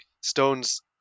Stones